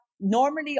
Normally